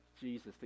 Jesus